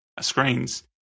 screens